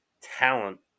talent